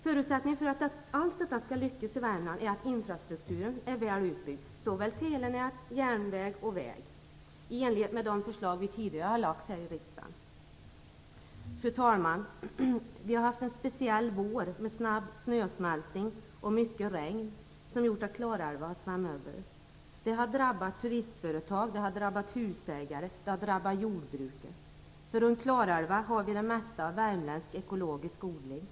Förutsättningarna för att allt detta skall lyckas i Värmland är att infrastrukturen är väl utbyggd, såväl telenät, järnväg som väg, i enlighet med de förslag som vi tidigare har lagt fram här i riksdagen. Fru talman! Vi har haft en speciell vår med snabb snösmältning och mycket regn, som gjort att Klarälven svämmade över. Det har drabbat turistföretag, husägare och jordbruket. Runt Klarälven har vi det mesta av värmländsk ekologisk odling.